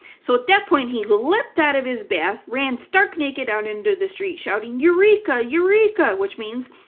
so at that point he leapt out of his bath, ran stark naked out into the street, shouting, eureka! eureka! which means,